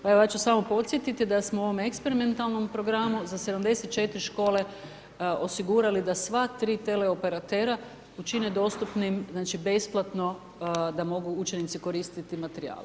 Pa evo ja ću samo podsjetiti da smo u ovom eksperimentalnom programu za 74 škole osigurali da sva tri teleoperatera učine dostupnim, znači besplatno da mogu učenici koristiti materijale.